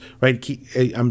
right